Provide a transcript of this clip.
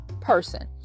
person